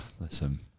listen